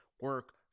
Work